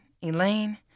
Elaine